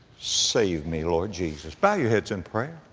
save me, lord jesus. bow your heads in prayer.